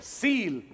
seal